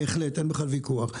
אין על כך ויכוח.